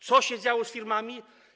Co się działo z firmami?